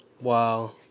Wow